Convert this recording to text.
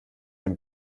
ein